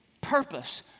purpose